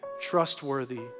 trustworthy